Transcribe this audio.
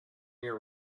year